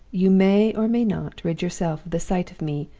you may, or may not, rid yourself of the sight of me,